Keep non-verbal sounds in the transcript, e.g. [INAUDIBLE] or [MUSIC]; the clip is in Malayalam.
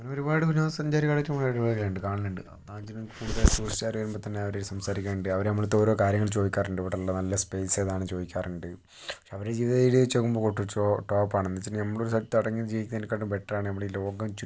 അങ്ങനെ ഒരു പാട് വിനോദ സഞ്ചാരികൾ [UNINTELLIGIBLE] കാണുന്നുണ്ട് അപ്പം അതിൽ കൂടുതൽ സൂക്ഷിച്ചറിയുമ്പോൾ തന്നെ അവർ സംസാരിക്കാറുണ്ട് അവർ നമ്മുടെയടുത്ത് ഓരോ കാര്യങ്ങൾ ചോദിക്കാറുണ്ട് ഇവിടെയുള്ള നല്ല സ്പേസ് ഏതാണെന്ന് ചോദിക്കാറുണ്ട് പക്ഷെ അവരുടെ ജീവിത രീതി വെച്ച് നോക്കുമ്പോൾ ഗോട്ട് ഇറ്റ് സോ ടോപ്പാണ് എന്ന് വെച്ചിട്ടുണ്ടെങ്കിൽ നമ്മൾ ഒരു സ്ഥലത്ത് അടങ്ങി ജീവിക്കുന്നതിനെക്കാളും ബെറ്ററാണ് നമ്മളീ ലോകം ചുറ്റുക